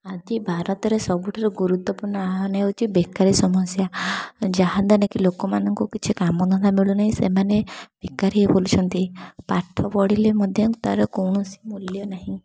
ଆଜି ଭାରତରେ ସବୁଠାରୁ ଗୁରୁତ୍ୱପୂର୍ଣ୍ଣ ଆହ୍ୱାନ ହେଉଛି ବେକାରୀ ସମସ୍ୟା ଯାହା ଦ୍ୱାରାକି ଲୋକମାନଙ୍କୁ କିଛି କାମ ଧନ୍ଦା ମିଳୁନି ସେମାନେ ବେକାରୀ ହେଇ ବୁଲୁଛନ୍ତି ପାଠ ପଢ଼ିଲେ ମଧ୍ୟ ତା'ର କୌଣସି ମୂଲ୍ୟ ନାହିଁ